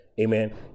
Amen